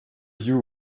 you